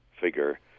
figure